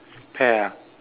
pear ah